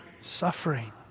suffering